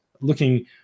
looking